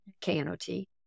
K-N-O-T